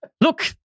Look